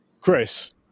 Chris